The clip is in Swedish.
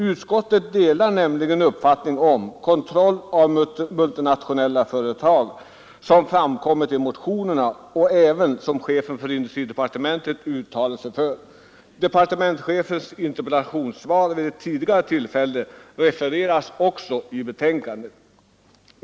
Utskottet delar nämligen den uppfattning som förts fram i motionerna att samhället bör skaffa sig kontroll över multinationella företag. Även chefen för industridepartementet har uttalat sig härför. Departementschefens interpellationssvar vid ett tidigare tillfälle refereras också i betänkandet.